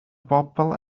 bobl